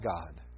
God